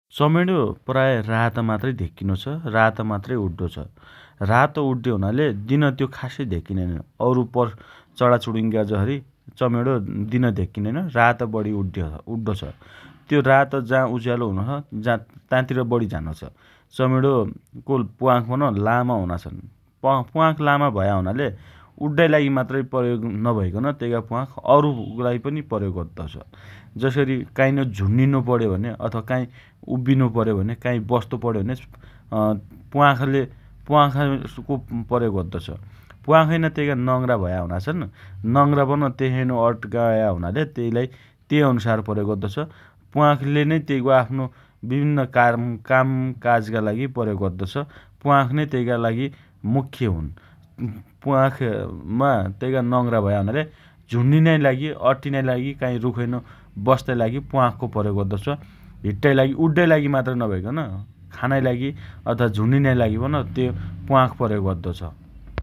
चमेणो प्राय रात मात्र धेक्किनो छ । रात मात्रै उड्डो छ । रात उड्डे हुनाले दिन त्यो खासै धेक्किनैन । अरु पस् चणाचुणिङ्गीका जसरी चमेणो दिन धेक्किनैन् । रात बढी उड्डे उड्डो छ । त्यो रात जाँ उज्यालो हुनो छ जाँ ताँतिर बढी झानो छ । चमेणोको प्वाँख पन लामा हुना छन् । प्वाँ प्वाँख लामा भया हुनाले उड्डाइ लागि मात्रै प्रयोग नभइकन तइका प्वाँख अरुका लागि पनि प्रयोग अद्दो छ । जसरी काइँ झुण्निनो पण्यो भने अथवा काईँ उभ्भिनु पर्यो भने काईँ बस्तो पण्यो भने अँ प्वाँखले प्वाँखको प्रयोग अद्दो छ । प्वाँखइना तइका नङ्ग्रा भया हुना छन् । नङ्ग्रापन तेसाइना अड्काया हुनाले तेइलाइ तेइ अनुसार प्रयोग अद्दो छ । प्वाँखले नै तेइको आफ्नो विभिन्न कारम कामकाजका लागि प्रयोग अद्दो छ । प्वाँखनै तइका लागि मुख्य हुन् । प्वाँखमा तइका नङ्ग्रा भया हुनाले झुण्निनाइ लागि अट्टिनाइ लागि काईँ रुखैनो बस्ताइ लागि प्वाँखको प्रयोग अद्दो छ । हिट्टाइ लागि उड्डाइ लागि मात्रै नभइकन खानाइ लागि अथवा झण्निनाइ लागि पन त्यो प्वाँख प्रयोग अद्दो छ ।